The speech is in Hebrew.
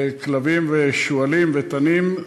כלבים, שועלים ותנים,